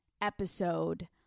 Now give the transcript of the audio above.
episode